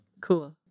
Cool